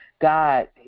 God